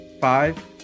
Five